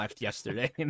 yesterday